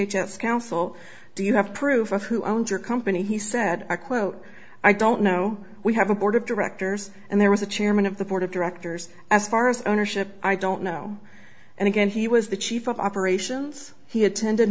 h s counsel do you have proof of who owns your company he said quote i don't know we have a board of directors and there was a chairman of the board of directors as far as ownership i don't know and again he was the chief of operations he attended